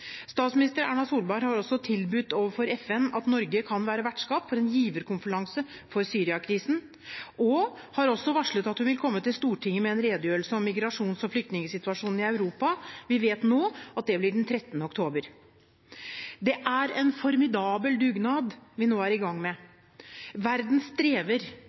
Statsminister Erna Solberg har også tilbudt overfor FN at Norge kan være vertskap for en giverkonferanse for Syria-krisen, og har også varslet at hun vil komme til Stortinget med en redegjørelse om migrasjons- og flyktningsituasjonen i Europa – vi vet nå at det blir den 13. oktober. Det er en formidabel dugnad vi nå er i gang med. Verden strever